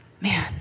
man